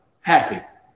happy